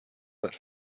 but